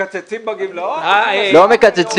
מקצצים בגמלאות או --- לא מקצצים.